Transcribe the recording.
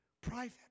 private